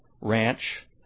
Ranch